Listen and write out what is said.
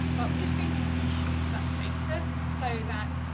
but we're just going to reshape that data so that,